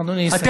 אדוני יסיים.